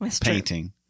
painting